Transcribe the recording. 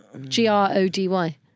G-R-O-D-Y